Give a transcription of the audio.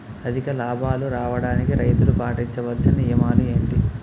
అధిక లాభాలు రావడానికి రైతులు పాటించవలిసిన నియమాలు ఏంటి